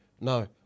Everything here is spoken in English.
no